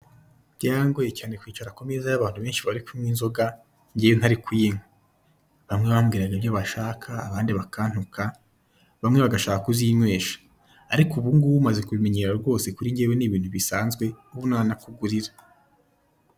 Byarangoye cyane kwicara ku meza y'abantu bari kunywa inzoga ngewe ntari kuyinywa. Bamwe bambwiraga ibyo bashaka, abandi bakantuka, bamwe bagashaka kuzinywesha. Ariko ubungubu maze kubimenyera rwose kuri ngewe ni ibintu bisanzwe ubu nanakugurira.